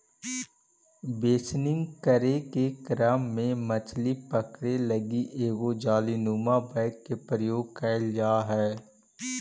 बेसनिंग करे के क्रम में मछली पकड़े लगी एगो जालीनुमा बैग के प्रयोग कैल जा हइ